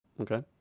Okay